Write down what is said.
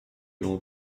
long